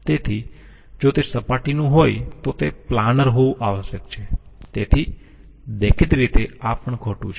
તેથી જો તે સપાટીનું હોય તો તે પ્લાનર હોવું આવશ્યક છે તેથી દેખીતી રીતે આ પણ ખોટું છે